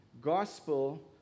gospel